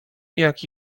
jak